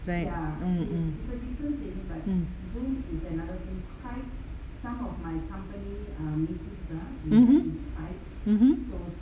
right mm mm mmhmm mmhmm